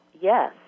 Yes